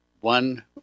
One